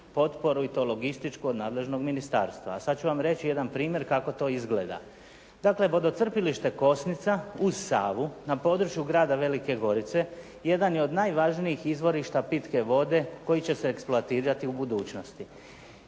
potporu i to logističku nadležnog ministarstva. A sad ću vam reći jedan primjer kako to izgleda. Dakle, vodocrpilište Kosnica uz Savu na području grada Velike Gorice jedan je od najvažnijih izvorišta pitke vode koji će se eksploatirati u budućnosti.